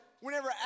whenever